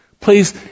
Please